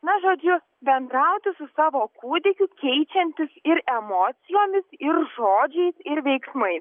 na žodžiu bendrauti su savo kūdikiu keičiantis ir emocijomis ir žodžiais ir veiksmais